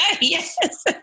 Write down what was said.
Yes